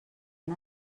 han